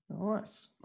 Nice